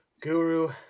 Guru